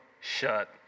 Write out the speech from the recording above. shut